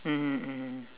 mmhmm mmhmm